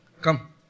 Come